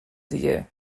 دیگه